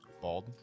Bald